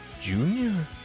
Junior